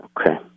Okay